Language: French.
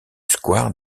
square